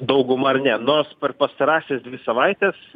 daugumą ar ne nors per pastarąsias dvi savaites